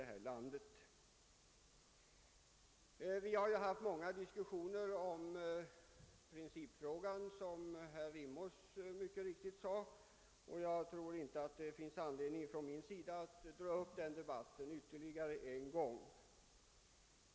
Som herr Rimås mycket riktigt sade har vi haft många diskussioner i principfrågan, och jag tror inte det finns anledning för mig att dra upp en debatt ytterligare en gång.